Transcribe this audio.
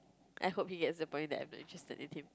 I hope he gets the point that I'm not interested in him